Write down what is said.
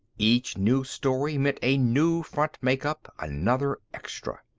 each new story meant a new front make-up, another extra.